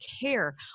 care